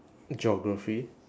geography